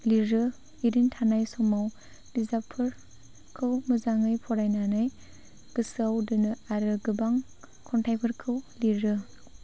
लिरो ओरैनो थानाय समाव बिजाबफोरखौ मोजाङै फरायनानै गोसोआव दोनो आरो गोबां खन्थायफोरखौ लिरो